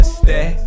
stay